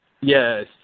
Yes